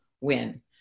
win